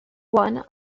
one